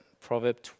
Proverb